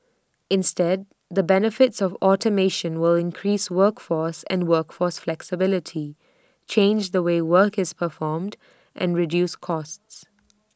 instead the benefits of automation will increase workforce and workforce flexibility change the way work is performed and reduce costs